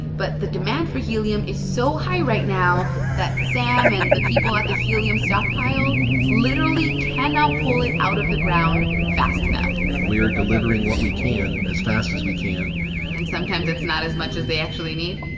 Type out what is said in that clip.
but the demand for helium is so high right now that sam and the people at the helium stockpile literally cannot pull it out of the ground fast enough we are delivering what we can as fast as we can and sometimes, it's not as much as they actually need?